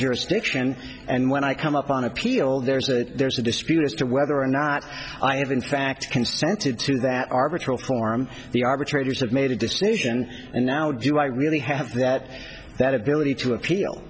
jurisdiction and when i come up on appeal there's a there's a dispute as to whether or not i have in fact consented to that arbitral form the arbitrators have made a decision and now do i really have that that ability to appeal